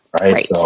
right